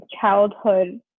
childhood